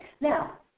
Now